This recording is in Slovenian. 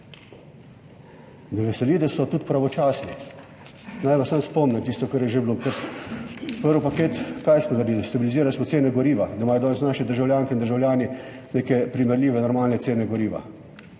Me veseli, da so tudi pravočasni. Naj vas samo spomnim na tisto, kar je že bilo, prvi paket, kaj smo naredili. Stabilizirali smo cene goriva, da imajo danes naše državljanke in državljani neke primerljive, normalne cene goriva,